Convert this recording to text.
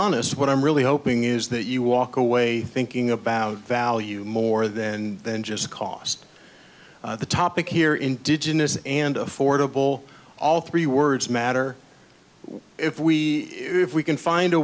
honest what i'm really hoping is that you walk away thinking about value more then than just cost the topic here indigenous and affordable all three words matter if we if we can find a